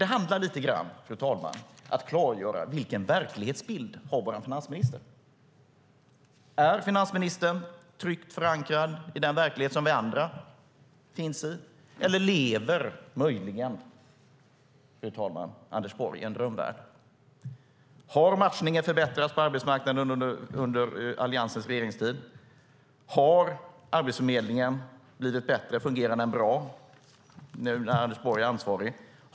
Det handlar lite grann om att klargöra vilken verklighetsbild vår finansminister har. Är finansministern tryggt förankrad i den verklighet som vi andra finns i, eller lever möjligen Anders Borg i en drömvärld? Har matchningen förbättrats på arbetsmarknaden under Alliansens regeringstid? Har Arbetsförmedlingen blivit bättre? Fungerar den bra nu när Anders Borg är ansvarig?